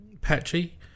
patchy